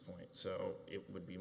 point so it would be